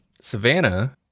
Savannah